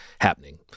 happening